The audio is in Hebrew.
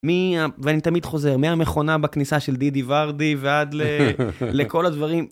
ואני תמיד חוזר, מהמכונה בכניסה של דידי ורדי ועד לכל הדברים.